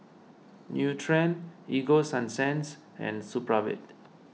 Nutren Ego Sunsense and Supravit